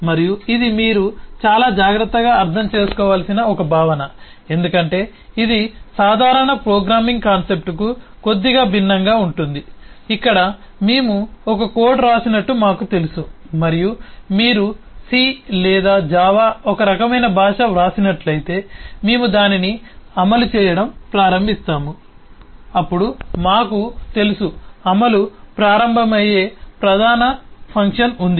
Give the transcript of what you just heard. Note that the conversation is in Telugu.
మరియు ఇది మీరు చాలా జాగ్రత్తగా అర్థం చేసుకోవలసిన ఒక భావన ఎందుకంటే ఇది సాధారణ ప్రోగ్రామింగ్ కాన్సెప్ట్కు కొద్దిగా భిన్నంగా ఉంటుంది ఇక్కడ మేము ఒక కోడ్ వ్రాసినట్లు మాకు తెలుసు మరియు మీరు సి లేదా జావా రకమైన భాష వ్రాసినట్లయితే మేము దానిని అమలు చేయడం ప్రారంభిస్తాము అప్పుడు మాకు తెలుసు అమలు ప్రారంభమయ్యే ప్రధాన ఫంక్షన్ ఉంది